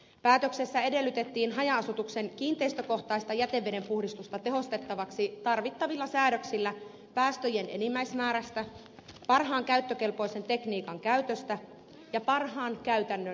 päätöksessä edellytettiin haja asutuksen kiinteistökohtaista jätevedenpuhdistusta tehostettavaksi tarvittavilla säädöksillä päästöjen enimmäismäärästä parhaan käyttökelpoisen tekniikan käytöstä ja parhaan käytännön noudattamisesta